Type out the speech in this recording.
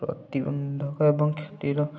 ପ୍ରତିବନ୍ଧକ ଏବଂ କ୍ଷତିର